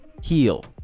Heal